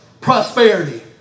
prosperity